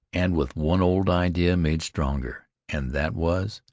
and with one old idea made stronger, and that was,